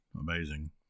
Amazing